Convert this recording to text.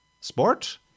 Sport